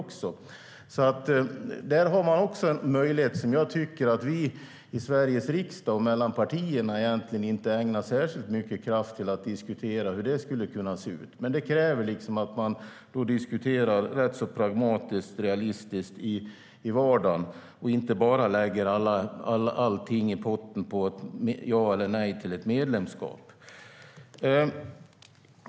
Hur det skulle kunna se ut är något som partierna i Sveriges riksdag inte ägnar särskilt mycket kraft till att diskutera. Men det kräver en pragmatisk och realistisk diskussion i vardagen och inte bara att satsa allt i potten på ett ja eller nej till ett medlemskap.